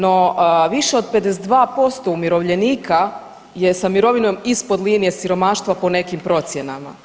No, više od 52% umirovljenika je sa mirovinom ispod linije siromaštva po nekim procjenama.